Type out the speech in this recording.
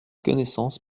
connaissance